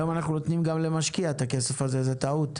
היום אנחנו נותנים למשקיע את הכסף הזה, זו טעות.